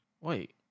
Wait